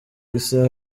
isaha